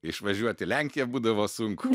išvažiuot į lenkiją būdavo sunku